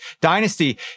dynasty